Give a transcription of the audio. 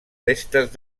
restes